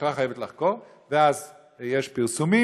המשטרה חייבת לחקור ואז יש פרסומים.